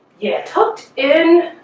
yeah tucked in